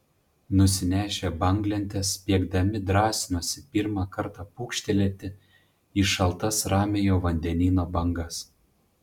nusinešę banglentes spiegdami drąsinosi pirmą kartą pūkštelėti į šaltas ramiojo vandenyno bangas